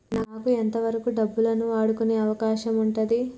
నాకు ఎంత వరకు డబ్బులను వాడుకునే అవకాశం ఉంటది?